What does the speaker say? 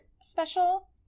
special